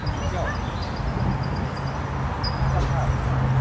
carton मोनसेयाव हाब एफाबां दामथार ना मा